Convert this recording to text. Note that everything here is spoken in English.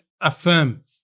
affirm